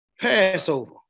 Passover